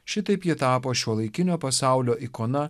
šitaip ji tapo šiuolaikinio pasaulio ikona